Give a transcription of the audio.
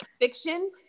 fiction